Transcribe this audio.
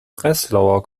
breslauer